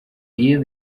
iyo